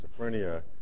schizophrenia